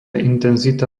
intenzita